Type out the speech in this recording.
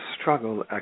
struggle